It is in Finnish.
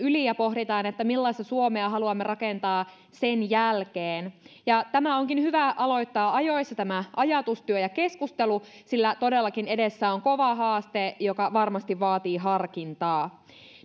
yli ja pohditaan millaista suomea haluamme rakentaa sen jälkeen onkin hyvä aloittaa ajoissa tämä ajatustyö ja keskustelu sillä todellakin edessä on kova haaste joka varmasti vaatii harkintaa